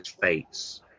face